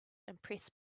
impressed